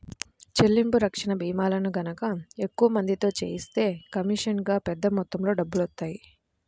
చెల్లింపు రక్షణ భీమాలను గనక ఎక్కువ మందితో చేయిస్తే కమీషనుగా పెద్ద మొత్తంలో డబ్బులొత్తాయి